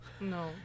No